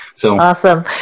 Awesome